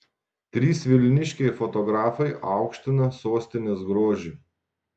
trys vilniškiai fotografai aukština sostinės grožį